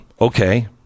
okay